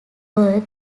worked